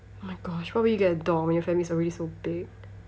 oh my gosh why will you get a dog when your family's already so big